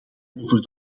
over